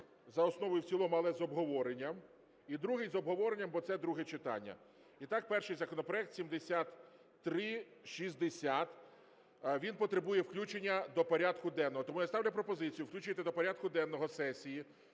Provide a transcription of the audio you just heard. за основу і в цілому, але з обговоренням, і другий з обговоренням, бо це друге читання. І так перший законопроект 7360. Він потребує включення до порядку денного. Тому я ставлю пропозицію включити до порядку денного сесії